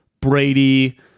Brady